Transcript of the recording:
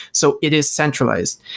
so it is centralized.